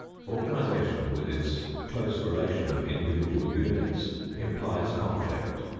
organization with its close relation of individual units implies conflict.